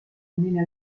nella